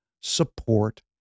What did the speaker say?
support